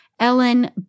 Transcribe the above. Ellen